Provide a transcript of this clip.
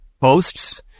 posts